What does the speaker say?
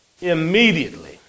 immediately